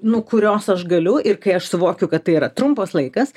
nu kurios aš galiu ir kai aš suvokiu kad tai yra trumpas laikas